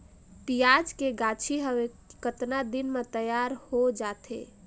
पियाज के गाछी हवे कतना दिन म तैयार हों जा थे?